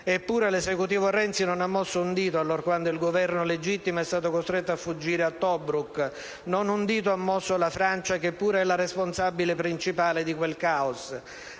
Eppure, l'Esecutivo Renzi non ha mosso un dito allorquando il Governo legittimo è stato costretto a fuggire a Tobruk. Non un dito ha mosso la Francia, che pure è la responsabile principale di quel *caos*.